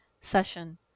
session